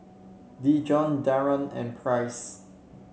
Dijon Darold and Price